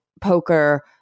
poker